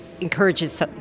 encourages